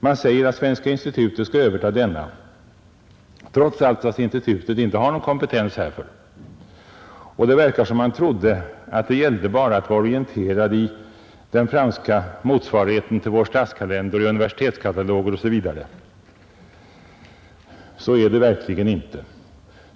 Man säger att Svenska institutet skall överta den, trots alltså att institutet inte har någon kompetens härför. Det verkar som om man trodde att det gällde bara att vara orienterad i den franska motsvarigheten till vår Statskalender, universitetskataloger osv. Så är det verkligen inte.